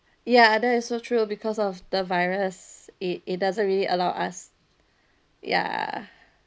ya that is so true because of the virus it it doesn't really allow us ya